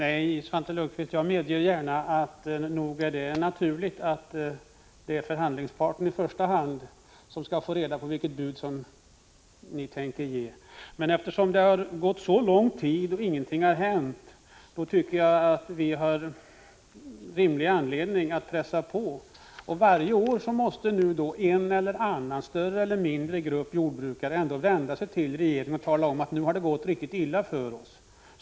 Herr talman! Jag medger gärna att det är naturligt att det i första hand är förhandlingsparten som skall få reda på vilket bud som kommer. Men eftersom det har gått så lång tid och ingenting har hänt, tycker jag det finns rimlig anledning att pressa på. Varje år måste nu en eller annan större eller mindre grupp av jordbrukare vända sig till regeringen och tala om: Nu har det gått riktigt illa för oss.